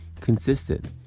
consistent